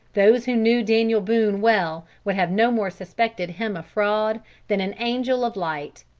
those who knew daniel boone well would have no more suspected him of fraud than an angel of light.